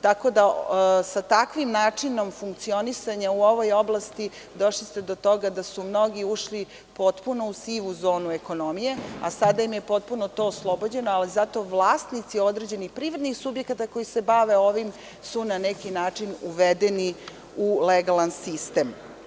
Tako da, sa takvim načinom funkcionisanja u ovoj oblasti došli ste do toga da su mnogi ušli potpuno u sivu zonu ekonomije, a sada im je potpuno to oslobođeno, ali zato vlasnici određenih privrednih subjekata koji se bave ovim su na neki način uvedeni u legalan sistem.